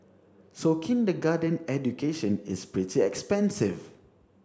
so kindergarten education is pretty expensive